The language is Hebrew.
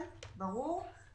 ירוק,